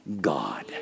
God